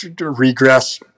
regress